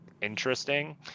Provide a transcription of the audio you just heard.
interesting